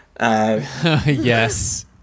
Yes